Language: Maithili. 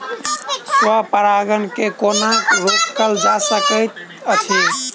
स्व परागण केँ कोना रोकल जा सकैत अछि?